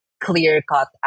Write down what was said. clear-cut